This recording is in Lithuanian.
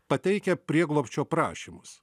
pateikia prieglobsčio prašymus